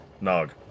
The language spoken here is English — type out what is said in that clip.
Nog